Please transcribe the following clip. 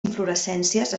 inflorescències